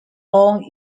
long